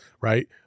right